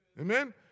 Amen